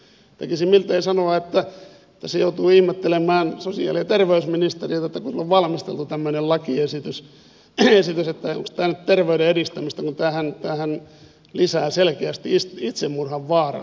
tekisi miltei mieli sanoa että tässä joutuu ihmettelemään sosiaali ja terveysministeriötä kun siellä on valmisteltu tämmöinen lakiesitys että onko tämä nyt terveyden edistämistä kun tämähän lisää selkeästi itsemurhan vaaraa